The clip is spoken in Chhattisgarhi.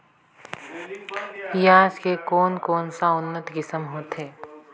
पियाज के कोन कोन सा उन्नत किसम होथे?